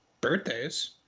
Birthdays